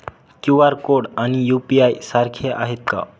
QR code आणि UPI सारखे आहेत का?